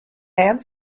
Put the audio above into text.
and